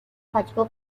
pacheco